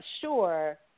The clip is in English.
sure